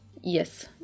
Yes